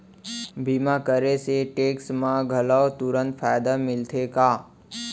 बीमा करे से टेक्स मा घलव तुरंत फायदा मिलथे का?